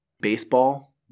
Baseball